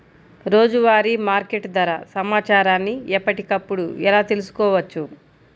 రోజువారీ మార్కెట్ ధర సమాచారాన్ని ఎప్పటికప్పుడు ఎలా తెలుసుకోవచ్చు?